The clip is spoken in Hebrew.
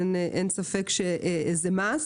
אין ספק שזה must.